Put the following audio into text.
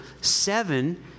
seven